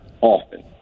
often